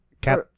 Cap